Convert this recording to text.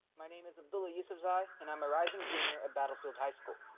my name is abdullah usufzai and i'm a rising junior at battlefield high school.